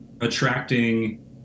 attracting